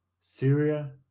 Syria